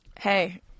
Hey